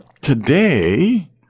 Today